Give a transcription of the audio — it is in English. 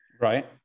right